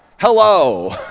Hello